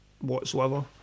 whatsoever